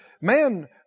Man